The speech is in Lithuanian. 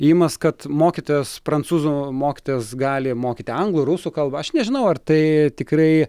ėjimas kad mokytojas prancūzų mokytojas gali mokyti anglų rusų kalbą aš nežinau ar tai tikrai